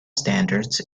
standards